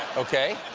okay,